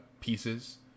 pieces